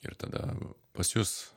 ir tada pas jus